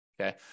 okay